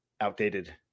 outdated